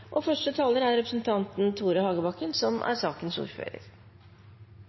er første taler representanten Svein Harberg, som også er sakens ordfører.